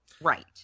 Right